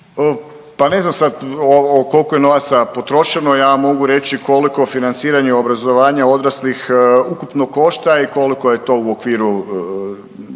Pa ne znam sad koliko je novaca potrošeno, ja mogu reći koliko financiranje i obrazovanje odraslih ukupno košta i koliko je to u okviru državnog